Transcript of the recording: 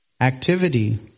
activity